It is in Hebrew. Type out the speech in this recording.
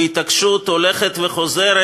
בהתעקשות חוזרת